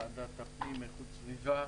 ועדת הפנים והגנת הסביבה,